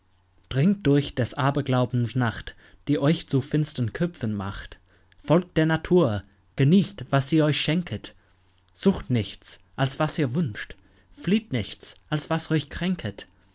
dringt durch des aberglaubens nacht die euch zu finstern köpfen macht folgt der natur genießt was sie euch schenket sucht nichts als was ihr wünscht flieht nichts als was euch kränket